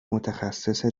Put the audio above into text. متخصص